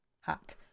hot